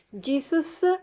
jesus